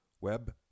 Web